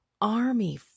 army